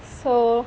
so